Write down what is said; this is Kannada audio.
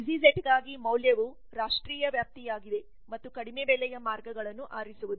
ಈಸಿ ಜೆಟ್ಗಾಗಿ ಮೌಲ್ಯವು ರಾಷ್ಟ್ರೀಯ ವ್ಯಾಪ್ತಿಯಾಗಿದೆ ಮತ್ತು ಕಡಿಮೆ ಬೆಲೆಯ ಮಾರ್ಗಗಳನ್ನು ಆರಿಸುವುದು